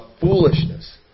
foolishness